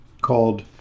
called